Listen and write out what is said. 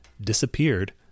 disappeared